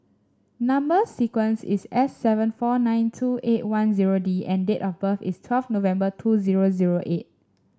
number sequence is S seven four nine two eight one zero D and date of birth is twelve November two zero zero eight